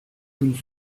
qu’une